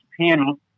panel